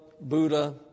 Buddha